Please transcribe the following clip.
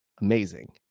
amazing